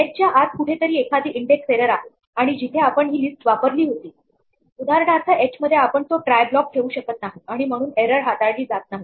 एचच्या आत कुठेतरी एखादी इंडेक्स एरर आहे आणि जिथे आपण ही लिस्ट वापरली होती उदाहरणार्थ एच मध्ये आपण तो ट्राय ब्लॉक ठेऊ शकत नाही आणि म्हणून एरर हाताळली जात नाही